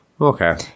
Okay